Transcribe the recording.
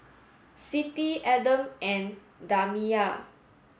Siti Adam and Damia